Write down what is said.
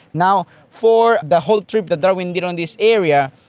now, for the whole trip that darwin did on this area,